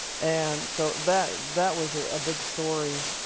and so, that that was a big story